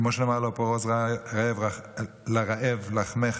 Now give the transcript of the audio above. כמו שנאמר: "הלוא פָרֹס לרעב לחמך